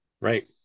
Right